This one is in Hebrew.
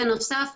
בנוסף,